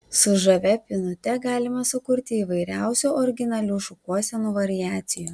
su žavia pynute galima sukurti įvairiausių originalių šukuosenų variacijų